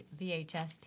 VHS